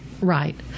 Right